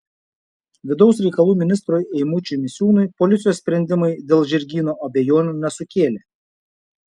vidaus reikalų ministrui eimučiui misiūnui policijos sprendimai dėl žirgyno abejonių nesukėlė